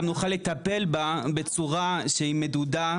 גם נוכל לטפל בה בצורה שהיא מדודה,